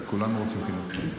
כולנו רוצים חינוך.